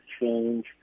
change